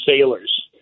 sailors